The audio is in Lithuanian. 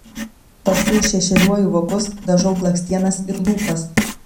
paskui šešėliuoju vokus dažau blakstienas ir lūpas